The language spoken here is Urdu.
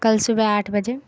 کل صبح آٹھ بجے